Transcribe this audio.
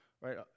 right